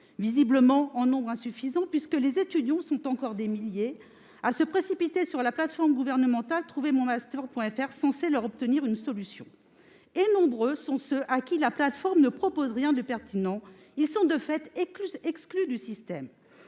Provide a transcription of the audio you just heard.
Visiblement en nombre insuffisant, puisque les étudiants sont encore des milliers à se précipiter sur la plateforme gouvernementale « trouvermonmaster.gouv.fr », censée leur obtenir une solution. Or nombreux sont ceux à qui la plateforme ne propose rien de pertinent. Ils sont, de fait, exclus du système.